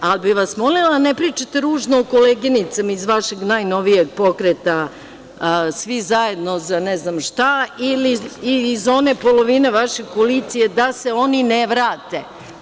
Ali, molila bih vas da ne pričate ružno o koleginicama iz vašeg najnovijeg pokreta Svi zajedno za ne znam šta ili iz one polovine vaše koalicije da se oni ne vrate.